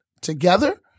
together